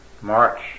March